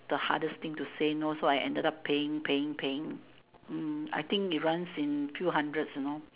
the hardest thing to say no so I ended up paying paying paying mm I think it runs in two hundreds you know